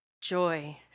joy